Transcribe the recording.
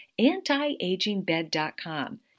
Antiagingbed.com